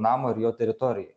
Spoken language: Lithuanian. namo ir jo teritorijoj